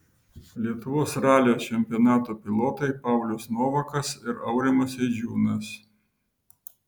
lietuvos ralio čempionato pilotai paulius novakas ir aurimas eidžiūnas